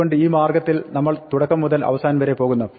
അതുകൊണ്ട് ഈ മാർഗ്ഗത്തിൽ നമ്മൾ തുടക്കം മുതൽ അവസാനം വരെ പോകുന്നു